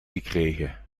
gekregen